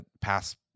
past